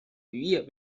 渔业